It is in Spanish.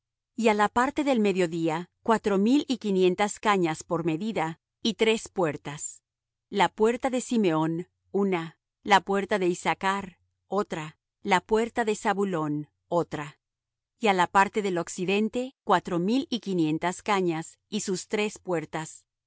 á la parte del mediodía cuatro mil y quinientas cañas por medida y tres puertas la puerta de simeón una la puerta de issachr otra la puerta de zabulón otra y á la parte del occidente cuatro mil y quinientas cañas y sus tres puertas